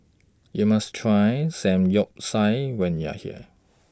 YOU must Try Samgyeopsal when YOU Are here